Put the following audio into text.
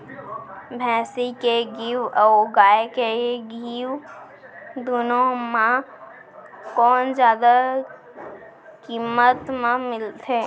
भैंसी के घीव अऊ गाय के घीव दूनो म कोन जादा किम्मत म मिलथे?